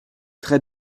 très